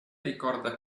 ricorda